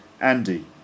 Andy